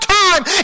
time